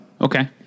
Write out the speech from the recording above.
Okay